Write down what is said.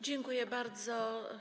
Dziękuję bardzo.